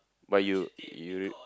but you you